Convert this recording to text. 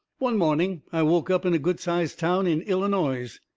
one morning i woke up in a good-sized town in illinoise,